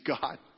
God